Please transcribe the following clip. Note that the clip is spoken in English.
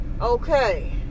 Okay